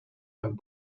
and